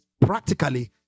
practically